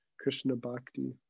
Krishna-bhakti